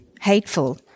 hateful